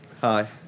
Hi